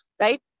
right